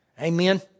Amen